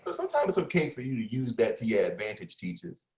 but sometimes it's okay for you to use that to your advantage, teachers.